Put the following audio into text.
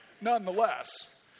nonetheless